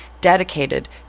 dedicated